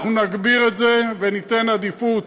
אנחנו נגביר את זה, וניתן עדיפות